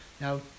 Now